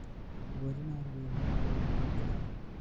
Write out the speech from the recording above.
వరి నారు వేగంగా పెరగాలంటే ఏమి చెయ్యాలి?